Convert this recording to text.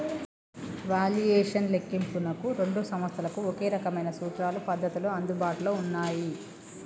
valuation లెక్కింపునకు రెండు సంస్థలకు ఒకే రకమైన సూత్రాలు, పద్ధతులు అందుబాటులో ఉన్నయ్యి